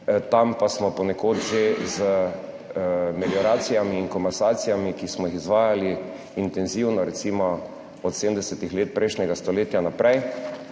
tam pa smo ponekod že z melioracijami in komasacijami, ki smo jih izvajali intenzivno, recimo od 70. let prejšnjega stoletja naprej,